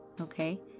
Okay